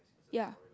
ya